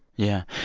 yeah.